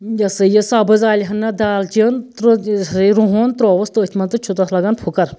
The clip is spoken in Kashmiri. یہِ ہسا یہِ سَبٕز عٲلہِ ہانہ دالچیٖن یہِ ہسا یہِ روٚہُن ترٛووُس تٔتھۍ منٛز تہٕ چھُ تَتھ لَگان پھٕکر